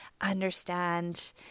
understand